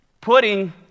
putting